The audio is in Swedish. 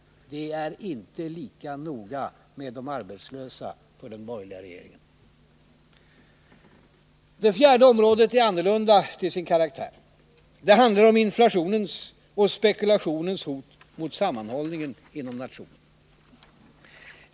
Det fjärde området är något annorlunda till sin karaktär. Det handlar om inflationens och spekulationens hot mot sammanhållningen inom nationen.